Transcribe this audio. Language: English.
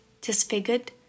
disfigured